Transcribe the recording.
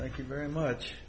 thank you very much